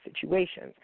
situations